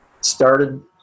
started